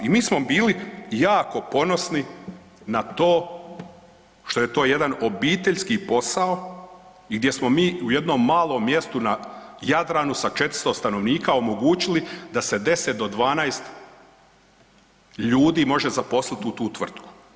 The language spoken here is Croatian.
I mi smo bili jako ponosni na to što je to jedan obiteljski posao i gdje smo mi u jednom malom mjestu na Jadranu sa 400 stanovnika omogućili da se 10 do 12 ljudi može zaposliti u tu tvrtku.